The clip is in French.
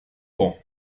grand